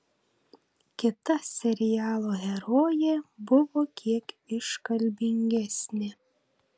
kita serialo herojė buvo kiek iškalbingesnė